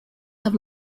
have